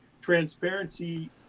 Transparency